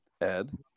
Ed